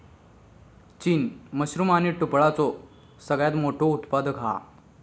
चीन मशरूम आणि टुफलाचो सगळ्यात मोठो उत्पादक हा